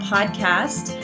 Podcast